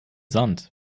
sand